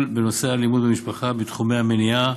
בנושא אלימות במשפחה בתחומי המניעה,